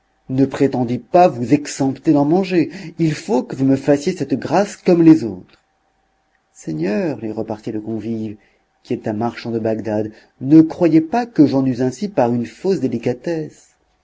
ne prétendez pas vous exempter d'en manger il faut que vous me fassiez cette grâce comme les autres seigneur lui repartit le convive qui était un marchand de bagdad ne croyez pas que j'en use ainsi par une fausse délicatesse